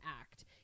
act